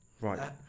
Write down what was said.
right